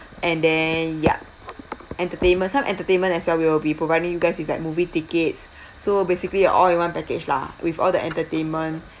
and then yup entertainment some entertainment as well we will be providing you guys with like movie tickets so basically all in one package lah with all the entertainment